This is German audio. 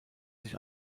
sich